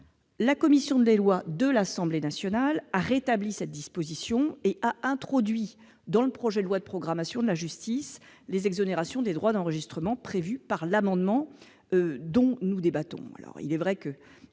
La commission des lois de l'Assemblée nationale a rétabli cette disposition et a introduit dans le projet de loi de programmation de la justice les exonérations des droits d'enregistrement prévues par l'amendement dont nous débattons.